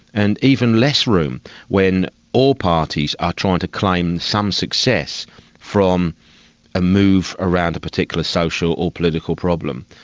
and even less room when all parties are trying to claim some success from a move around a particular social or political problem.